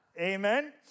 amen